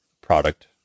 product